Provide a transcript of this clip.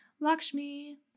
Lakshmi